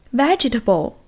vegetable